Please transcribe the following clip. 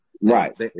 Right